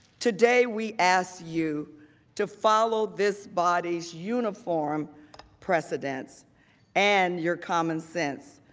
today we ask you to follow this body's uniform precedent and your common sense.